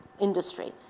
industry